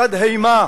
בתדהמה,